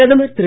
பிரதமர் திரு